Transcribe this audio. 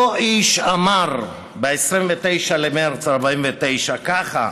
אותו איש אמר ב-29 במרס 1949 ככה: